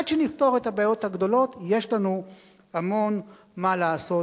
עד שנפתור את הבעיות הגדולות יש לנו המון מה לעשות,